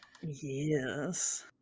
yes